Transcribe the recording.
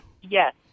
Yes